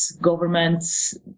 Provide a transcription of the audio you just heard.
governments